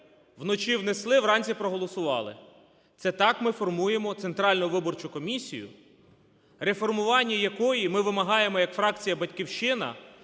вночі внесли, вранці проголосували. Це так ми формуємо Центральну виборчу комісію, реформування якої ми вимагаємо, як фракція "Батьківщина",